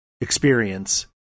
experience